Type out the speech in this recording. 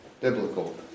biblical